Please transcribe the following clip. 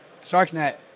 StarkNet